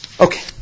Okay